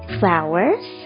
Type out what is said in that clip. flowers